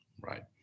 right